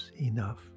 enough